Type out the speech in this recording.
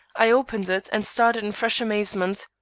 i opened it and started in fresh amazement.